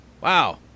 Wow